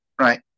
Right